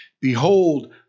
Behold